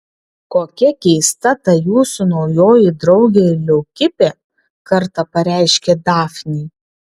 kokia keista ta jūsų naujoji draugė leukipė kartą pareiškė dafnei